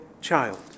child